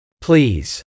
Please